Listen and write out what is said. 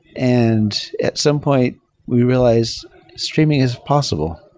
and at some point we realized streaming is possible.